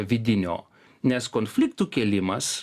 vidinio nes konfliktų kėlimas